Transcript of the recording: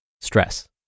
stress